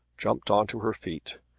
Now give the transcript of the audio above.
jumped on to her feet,